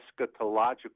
eschatological